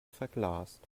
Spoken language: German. verglast